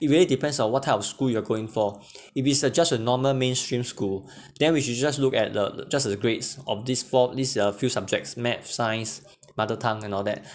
it really depends on what type of school you're going for if it's a just a normal mainstream school then we should just look at the just the grades of these four these uh few subjects math science mother tongue and all that